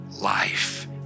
life